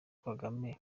kagame